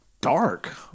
dark